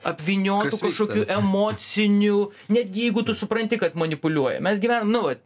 apvyniotu kažkokiu emociniu netgi jeigu tu supranti kad manipuliuoja mes gyvenam nu vat